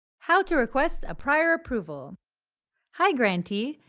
how to request a prior approval hi grantee!